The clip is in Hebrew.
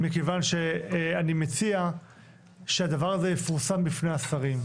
מכיוון שאני מציע שהדבר הזה יפורסם בפני השרים.